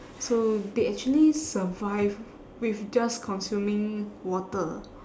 so they actually survive with just consuming water